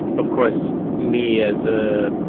of course, me as ah